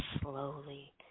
slowly